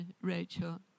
Rachel